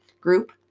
group